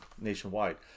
nationwide